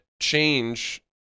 change